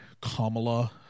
Kamala